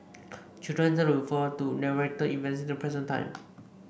children tend to refer to narrated events in the present time